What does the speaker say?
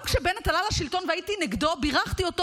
גם כשבנט עלה לשלטון, והייתי נגדו, בירכתי אותו.